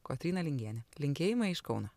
kotryna lingienė linkėjimai iš kauno